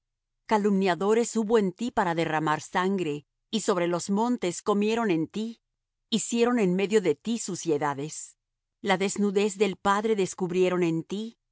calumniadores hubo en ti para derramar sangre y sobre los montes comieron en ti hicieron en medio de ti suciedades la desnudez del padre descubrieron en ti